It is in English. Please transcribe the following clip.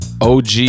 OG